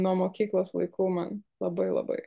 nuo mokyklos laikų man labai labai